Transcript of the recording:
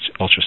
ultrasound